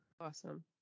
Awesome